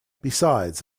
besides